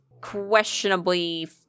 questionably